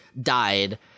died